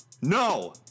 No